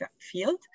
field